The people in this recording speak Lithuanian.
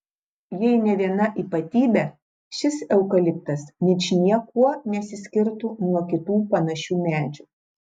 jei ne viena ypatybė šis eukaliptas ničniekuo nesiskirtų nuo kitų panašių medžių